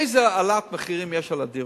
איזה העלאת מחירים יש על הדירות?